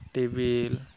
table